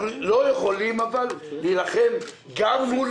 אבל אנחנו לא יכולים להילחם גם מול